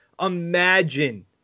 imagine